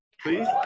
please